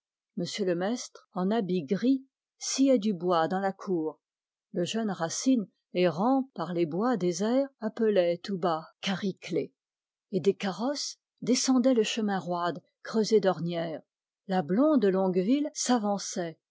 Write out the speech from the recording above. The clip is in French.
le maistre en habit gris sciait du bois dans la cour le jeune racine errant par les bois déserts appelait tout bas chariclée les carrosses descendaient le chemin roide creusé d'ornières la blonde longueville s'avançait